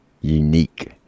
unique